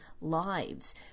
lives